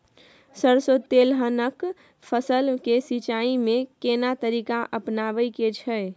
सरसो तेलहनक फसल के सिंचाई में केना तरीका अपनाबे के छै?